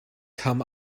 kam